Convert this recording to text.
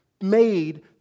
made